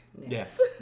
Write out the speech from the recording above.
Yes